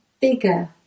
bigger